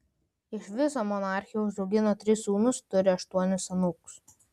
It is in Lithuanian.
iš viso monarchė užaugino tris sūnus turi aštuonis anūkus